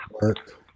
work